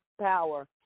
power